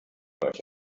euch